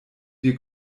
wir